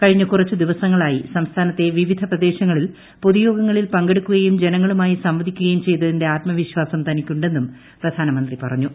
കഴിഞ്ഞ കുറച്ച് ദിവസങ്ങളായി സംസ്ഥാനത്തെ വിവിധ പ്രദേശങ്ങളിൽ പൊതുയോഗങ്ങളിൽ പങ്കെടുക്കുകയും സംവദിക്കുകയും ചെയ്തതിന്റെ ആത്മവിശ്വാസം തനിക്കുണ്ടെന്നും പ്രധാനമന്ത്രി പറഞ്ഞു